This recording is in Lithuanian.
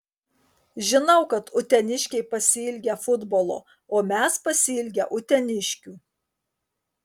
žinau kad uteniškiai pasiilgę futbolo o mes pasiilgę uteniškių